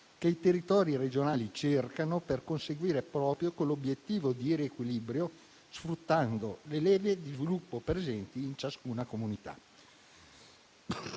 che i territori regionali cercano per conseguire proprio quell'obiettivo di riequilibrio, sfruttando le leve di sviluppo presenti in ciascuna comunità.